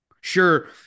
Sure